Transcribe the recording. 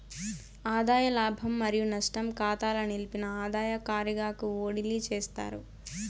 ఆదాయ లాభం మరియు నష్టం కాతాల నిలిపిన ఆదాయ కారిగాకు ఓడిలీ చేస్తారు